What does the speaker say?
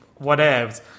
Whatevs